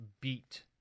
beat